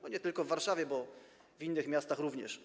Nie tylko w Warszawie, bo w innych miastach również.